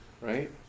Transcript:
Right